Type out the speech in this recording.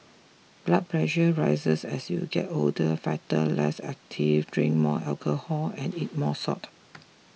blood pressure rises as you get older fatter less active drink more alcohol and eat more salt